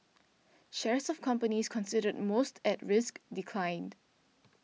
shares of companies considered most at risk declined